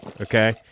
okay